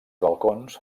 balcons